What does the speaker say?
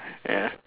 ya